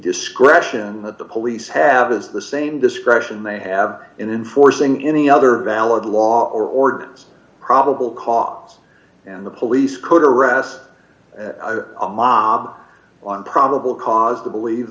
discretion that the police have is the same discretion they have in enforcing any other valid law or ordinance probable cause and the police could arrest a mob on probable cause to believe